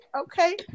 okay